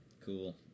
cool